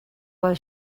while